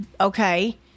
okay